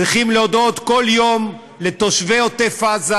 צריכים להודות כל יום לתושבי עוטף עזה,